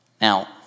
Now